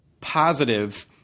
positive